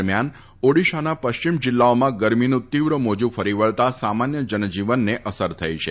દરમ્યાન ઓડીશાના પશ્ચિમ જિલ્લાઓમાં ગરમીનું તીવ્ર મોજુ ફરી વળતા સામાન્ય જનજીવનને અસર થઈ છે